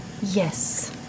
Yes